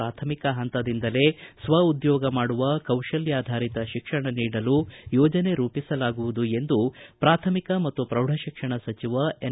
ಪ್ರಾಥಮಿಕ ಹಂತದಿಂದಲೇ ಸ್ವ ಉದ್ಯೋಗ ಮಾಡುವ ಕೌಶಲ್ವಾಧಾರಿತ ಶಿಕ್ಷಣ ನೀಡಲು ಯೋಜನೆ ರೂಪಿಸಲಾಗುವುದು ಎಂದು ಪ್ರಾಥಮಿಕ ಮತ್ತು ಪ್ರೌಢಶಿಕ್ಷಣ ಸಚಿವ ಎನ್